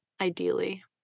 ideally